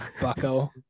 Bucko